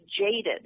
jaded